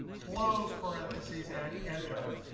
close parentheses, and enter.